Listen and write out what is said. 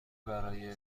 برای